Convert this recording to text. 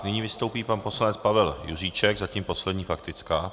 Nyní vystoupí pan poslanec Pavel Juříček zatím poslední faktická.